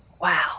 Wow